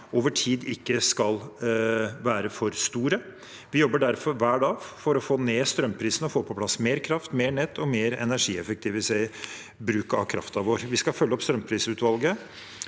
over tid ikke skal være for store. Vi jobber derfor hver dag for å få ned strømprisene og få på plass mer kraft, mer nett og mer energieffektiv bruk av kraften vår. Vi skal følge opp strømprisutvalget.